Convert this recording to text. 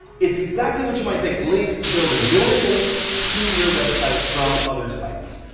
it's exactly what you might think. link building, building links to your website from other sites.